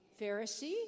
Pharisee